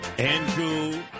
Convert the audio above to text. Andrew